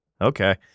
okay